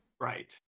right